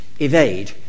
evade